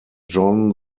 john